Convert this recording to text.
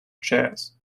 chairs